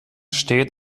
steht